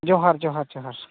ᱡᱚᱦᱟᱨ ᱡᱚᱦᱟᱨ ᱡᱚᱦᱟᱨ